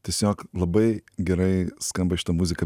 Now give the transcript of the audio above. tiesiog labai gerai skamba šita muzika